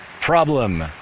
Problem